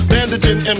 Bandaging